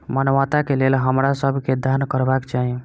मानवता के लेल हमरा सब के दान करबाक चाही